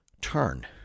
turn